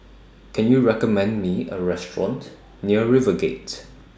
Can YOU recommend Me A Restaurant near RiverGate